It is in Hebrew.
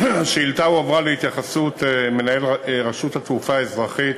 השאילתה הועברה להתייחסות מנהל רשות התעופה האזרחית,